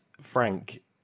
Frank